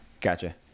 Gotcha